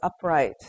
upright